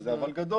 וזה אבל גדול,